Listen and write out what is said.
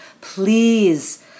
Please